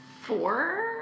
four